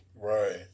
Right